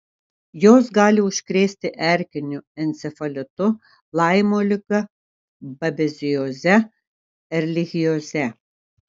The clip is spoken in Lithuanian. jos gali užkrėsti erkiniu encefalitu laimo liga babezioze erlichioze